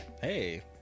hey